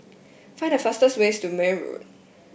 find the fastest way to Marne Road